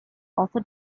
also